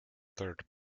third